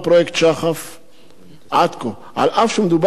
עד כה, אף שמדובר במהפכה חסרת תקדים,